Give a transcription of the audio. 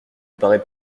paraît